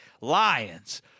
Lions